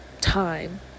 time